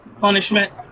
punishment